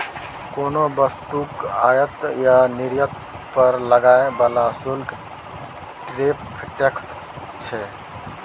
कोनो वस्तुक आयात आ निर्यात पर लागय बला शुल्क टैरिफ टैक्स छै